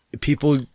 people